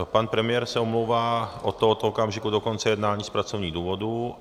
Pan premiér se omlouvá od tohoto okamžiku do konce jednání z pracovních důvodů.